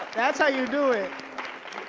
that's how you do it.